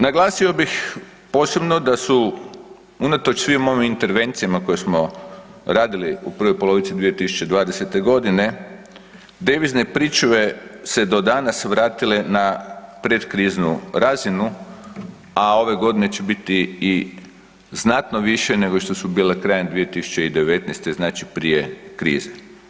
Naglasio bih posebno da su unatoč svim ovim intervencijama koje smo radili u prvoj polovici 2020. godine devizne pričuve se do danas vratile na predkriznu razinu, a ove godine će biti i znatno više nego što su bile krajem 2019., znači prije krize.